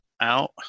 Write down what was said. out